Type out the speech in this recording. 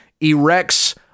erects